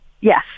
Yes